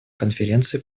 конференции